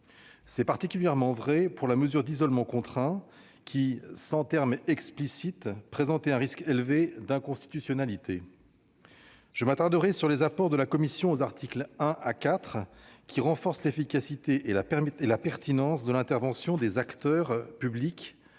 en ce qui concerne la mesure d'isolement contraint, qui, sans terme explicite, présentait un risque élevé d'inconstitutionnalité. Ensuite, je m'attarderai sur les apports de la commission aux articles 1 à 4, qui renforcent l'efficacité et la pertinence de l'intervention des acteurs publics